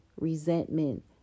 resentment